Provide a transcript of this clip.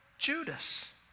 Judas